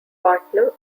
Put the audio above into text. partner